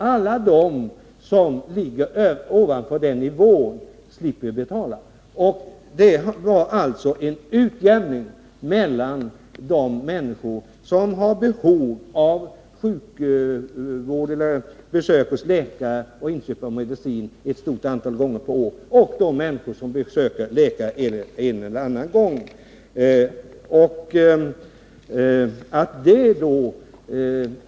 Alla som hamnar ovanför den nivån slipper betala. Det var alltså fråga om en utjämning mellan de människor som har behov av sjukvård eller besök hos läkare och inköp av medicin ett stort antal gånger per år och de människor som besöker läkare en eller annan gång.